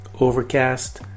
Overcast